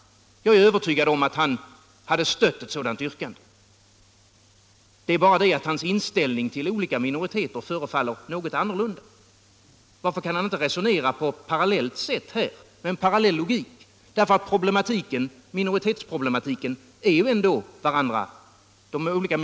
Jag är övertygad om att han hade stött ett sådant yrkande. Det är bara det att hans inställning till olika minoriteter förefaller något annorlunda. Varför kan han inte resonera med en parallell logik här? De olika minoriteternas problematik är ändå varandra ganska lika.